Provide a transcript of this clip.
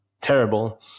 terrible